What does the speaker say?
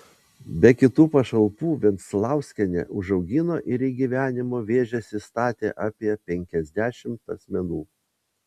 be kitų pašalpų venclauskienė užaugino ir į gyvenimo vėžes įstatė apie penkiasdešimt asmenų